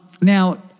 now